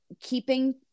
keeping